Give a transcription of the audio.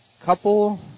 couple